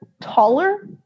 taller